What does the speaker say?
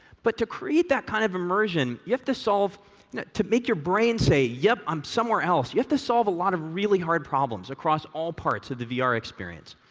but to create that kind of immersion, you have to solve to make your brain say yep, i'm somewhere else, you have to solve a lot of really hard problems across all parts of the vr experience.